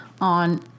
on